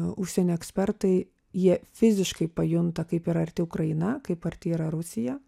užsienio ekspertai jie fiziškai pajunta kaip yra arti ukraina kaip arti yra rusija